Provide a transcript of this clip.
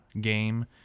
game